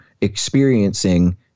experiencing